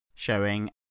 showing